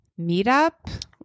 meetup